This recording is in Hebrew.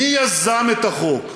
מי יזם את החוק?